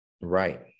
Right